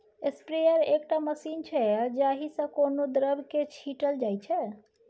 sprayer एकटा machine छै जाहि सँ कोनो द्रब केँ छीटल जाइ छै